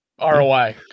ROI